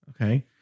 okay